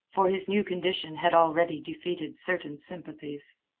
for his new condition had already defeated certain sympathies.